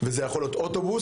וזה יכול להיות אוטובוס.